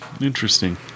Interesting